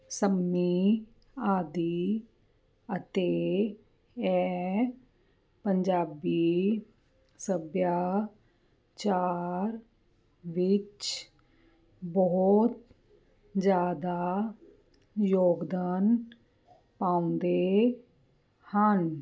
ਸੰਮੀ ਆਦਿ ਅਤੇ ਇਹ ਪੰਜਾਬੀ ਸੱਭਿਆਚਾਰ ਵਿੱਚ ਬਹੁਤ ਜ਼ਿਆਦਾ ਯੋਗਦਾਨ ਪਾਉਂਦੇ ਹਨ